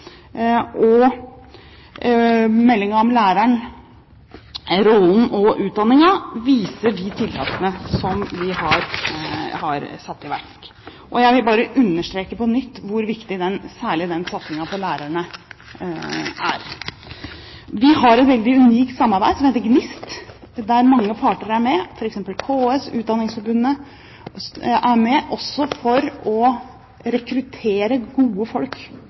og meldingen Læreren – Rollen og utdanningen viser de tiltakene vi har satt i verk. Jeg vil bare understreke på nytt hvor viktig satsingen på lærerne er. Vi har et unikt samarbeid, GNIST, der mange parter er med, f.eks. KS og Utdanningsforbundet, også for å rekruttere gode folk